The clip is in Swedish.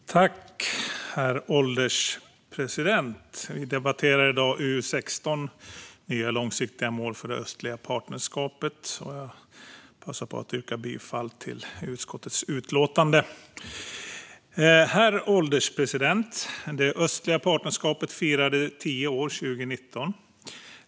Det östliga partner-skapet efter 2020 Herr ålderspresident! Vi debatterar i dag utrikesutskottets utlåtande 16 om nya långsiktiga mål för det östliga partnerskapet. Jag passar på att yrka bifall till förslaget i utskottets utlåtande. Herr ålderspresident! Det östliga partnerskapet firade tio år 2019.